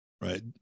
Right